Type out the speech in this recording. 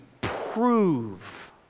prove